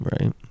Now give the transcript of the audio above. Right